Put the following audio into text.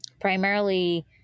primarily